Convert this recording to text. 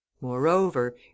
Moreover